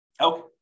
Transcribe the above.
Okay